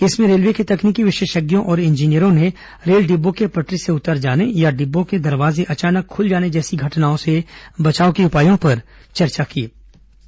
इसमें रेलवे के तकनीकी विशेषज्ञों और इंजीनियरों ने रेल डिब्बों के पटरी से उतर जाने या डिब्बों के दरवाजें अचानक खुल जाने जैसी घटनाओं से बचाव के उपायों पर चर्चा की गई